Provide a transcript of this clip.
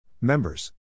Members